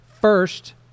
first